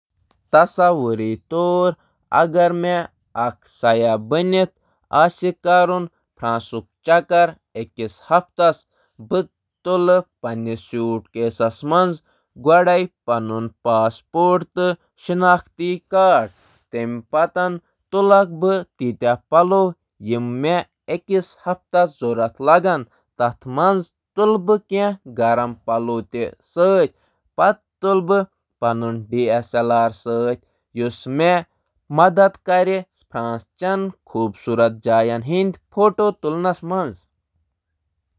تصور کٔرِو، بہٕ چھُس کامہِ پٮ۪ٹھ گژھان تہٕ گۄڈٕ نِنہٕ بہٕ پنٕنۍ کُنٛزٕ گَرٕ تہٕ دفترٕ خٲطرٕ۔ بہٕ نِنہٕ اکھ بیگ یتھ منٛز پنُن شناختی card, laptop, lunch, phone, آبٕچ بوتل تہٕ بٹوے آسہِ۔